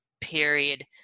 period